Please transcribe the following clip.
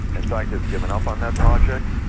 in fact they've given up on that project.